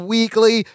Weekly